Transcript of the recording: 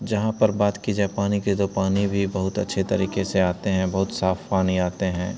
जहाँ पर बात की जाए पानी की तो पानी भी बहुत अच्छे तरीक़े से आता है बहुत साफ पानी आता है